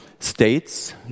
States